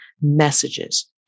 messages